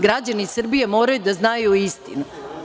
Građani Srbije moraju da znaju istinu.